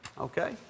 Okay